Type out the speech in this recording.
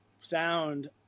sound